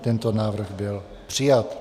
Tento návrh byl přijat.